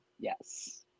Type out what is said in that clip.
Yes